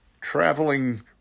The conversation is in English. traveling